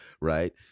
right